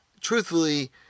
Truthfully